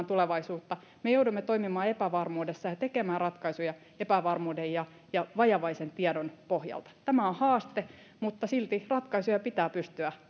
tulevaisuutta me joudumme toimimaan epävarmuudessa ja tekemään ratkaisuja epävarmuuden ja ja vajavaisen tiedon pohjalta tämä on haaste mutta silti ratkaisuja pitää pystyä